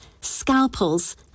scalpels